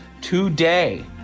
today